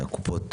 הקופות,